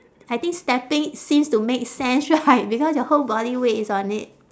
I think stepping seems to make sense right because your whole body weight is on it